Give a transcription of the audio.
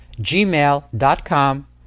gmail.com